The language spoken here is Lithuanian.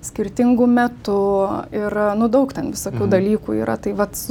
skirtingu metu ir nu daug ten visokių dalykų yra tai vat